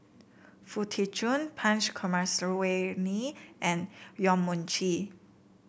Foo Tee Jun Punch Coomaraswamy and Yong Mun Chee